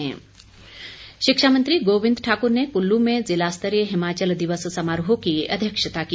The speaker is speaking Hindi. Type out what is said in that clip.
कुल्लू दिवस शिक्षा मंत्री गोविंद ठाकुर ने कुल्लू में जिला स्तरीय हिमाचल दिवस समारोह की अध्यक्षता की